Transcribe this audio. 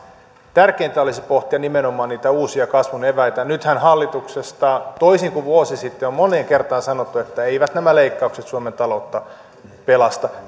tärkeintä olisi pohtia nimenomaan niitä uusia kasvun eväitä nythän hallituksesta toisin kuin vuosi sitten on on moneen kertaan sanottu että eivät nämä leikkaukset suomen taloutta pelasta